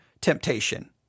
Temptation